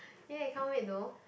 !yay! can't wait though